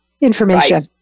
information